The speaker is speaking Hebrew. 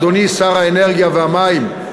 אדוני שר האנרגיה והמים,